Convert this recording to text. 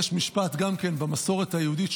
יש משפט במסורת היהודית,